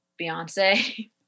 Beyonce